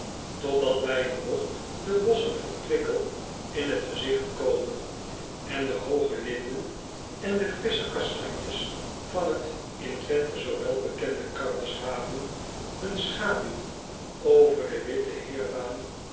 totdat bij een bogt de bosschen van wickel in t gezigt komen en de hooge linden en de frissche kastanjes van het in wenthe zoo welbekende arelshaven hun schaduw over den witten heirbaan